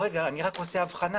אני רק עושה אבחנה,